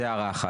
זו הערה אחת.